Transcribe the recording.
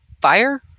fire